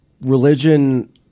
religion